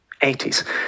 80s